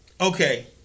okay